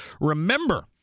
Remember